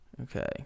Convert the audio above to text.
Okay